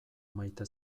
maite